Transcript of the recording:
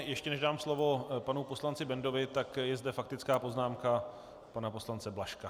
Ještě než dám slovo panu poslanci Bendovi, tak je zde faktická poznámka pana poslance Blažka.